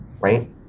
Right